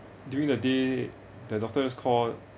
during the day the doctor just called